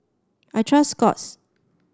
I trust Scott's